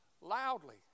loudly